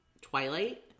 Twilight